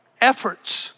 efforts